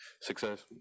Success